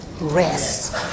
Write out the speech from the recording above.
rest